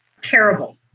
Terrible